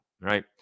right